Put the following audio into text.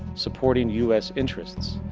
supporting u s. interests.